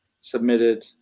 submitted